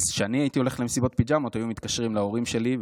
אז כשאני הייתי הולך למסיבות פיג'מות היו מתקשרים להורים שלי,